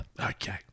Okay